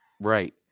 Right